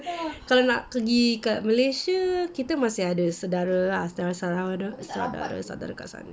kalau nak pergi kat malaysia kita masih ada saudara-saudara kat sana